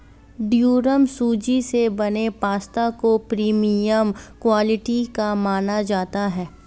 durum सूजी से बने पास्ता को प्रीमियम क्वालिटी का माना जाता है